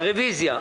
רוויזיה.